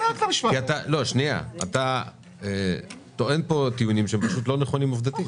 אתה טוען פה טיעונים שהם פשוט לא נכונים עובדתית.